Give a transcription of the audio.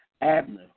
Abner